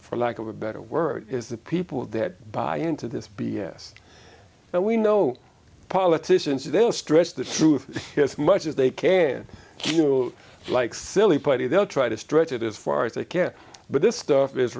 for lack of a better word is the people that buy into this b s and we know politicians they'll stretch the truth as much as they can you know like silly putty they'll try to stretch it as far as they can but this stuff is